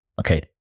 okay